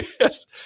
yes